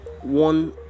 one